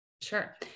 Sure